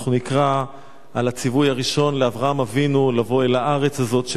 ואנחנו נקרא על הציווי הראשון לאברהם אבינו לבוא אל הארץ הזאת,